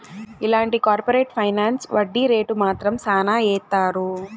ఇలాంటి corporate finance వడ్డీ rate మాత్రం శ్యానా ఏత్తారు